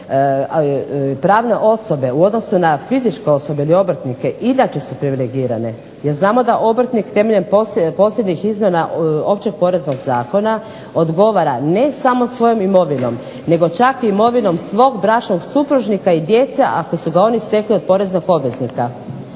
Pravne osobe u odnosu na fizičke osobe i obrtnike inače su privilegirane, jer znamo da obrtnik temeljem posljednjih izmjena Općeg poreznog zakona odgovara ne samo svojom imovinom nego čak imovinom svog bračnog supružnika i djece ako su ga oni stekli od poreznog obveznika.